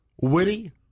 witty